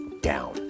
down